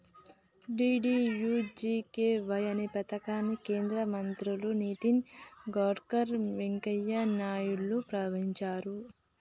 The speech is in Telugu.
డీ.డీ.యూ.జీ.కే.వై అనే పథకాన్ని కేంద్ర మంత్రులు నితిన్ గడ్కరీ, వెంకయ్య నాయుడులు ప్రారంభించిర్రు